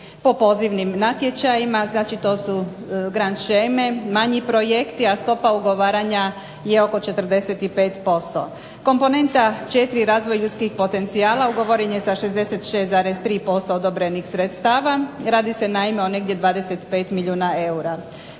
po pozivnim natječajima znači to su grand sheme manji projekti, a stopa ugovaranja je oko 45%. Komponenta 4. razvoj ljudskih potencijala ugovoren je za 66,3% odobrenih sredstava, radi se naime negdje oko 25 milijuna eura.